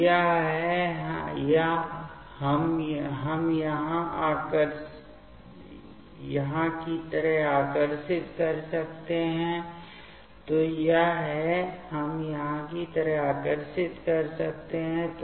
तो यह है हम यहाँ की तरह आकर्षित कर सकते हैं